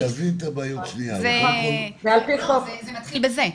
זה מתחיל בזה.